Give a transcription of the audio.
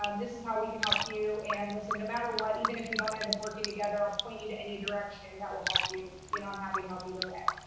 um this is how we can help you and listen, no matter what, even if we don't end up working together, i'll point you to any direction that will help you. you know, i'm happy to help either way.